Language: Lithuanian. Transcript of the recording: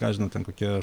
ką žinau ten kokie